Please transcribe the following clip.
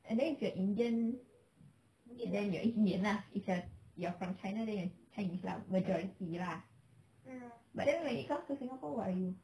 and then if you are indian then you're indian lah if you are you are from china then you're chinese lah majority lah but then when it comes to singapore what are you